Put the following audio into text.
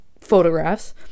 photographs